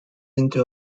into